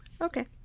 Okay